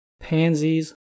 pansies